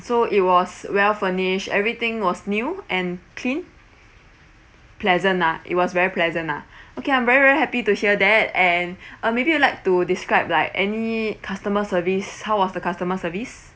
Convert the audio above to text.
so it was well furnished everything was new and clean pleasant lah it was very pleasant lah okay I'm very very happy to hear that and uh maybe you like to describe like any customer service how was the customer service